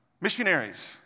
Missionaries